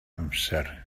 amser